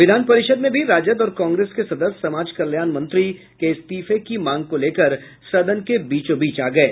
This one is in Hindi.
विधान परिषद में भी राजद और कांग्रेस के सदस्य समाज कल्याण मंत्री के इस्तीफे की मांग को लेकर सदन के बीचोंबीच आ गये